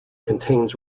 contains